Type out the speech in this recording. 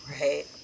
Right